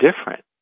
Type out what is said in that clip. different